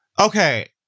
Okay